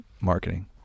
marketing